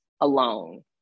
alone